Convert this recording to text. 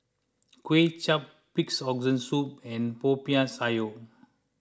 Kway Chap Pigs Organ Soup and Popiah Sayur